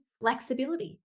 flexibility